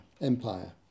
Empire